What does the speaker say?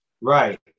Right